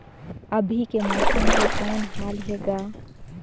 अभी के मौसम के कौन हाल हे ग?